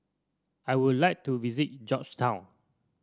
I would like to visit Georgetown